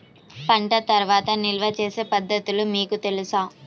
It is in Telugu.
పంట తర్వాత నిల్వ చేసే పద్ధతులు మీకు తెలుసా?